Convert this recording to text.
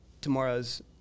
Tomorrow's